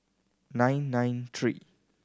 nine nine three